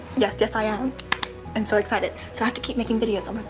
yes, yes. i am. i'm so excited. so i have to keep making videos omg.